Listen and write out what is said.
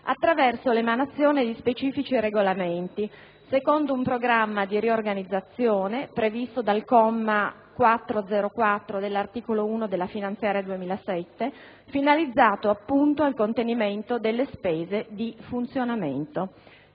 attraverso l'emanazione di specifici regolamenti, secondo un programma di riorganizzazione, previsto dal comma 404 dell'articolo 1 della finanziaria 2007, finalizzato appunto al contenimento delle spese di funzionamento.